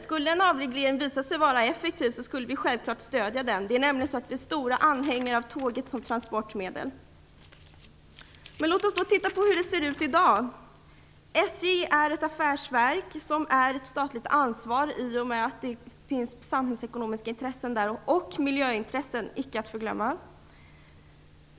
Skulle en avreglering visa sig effektiv skulle vi självklart stödja den. Vi är stora anhängare av tåget som transportmedel. Låt oss då titta på hur det ser ut i dag. SJ är ett affärsverk, dvs. ett statligt ansvar i och med att det finns ett samhällsekonomiskt intresse - miljöintressen icke att förglömma.